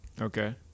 Okay